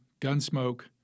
Gunsmoke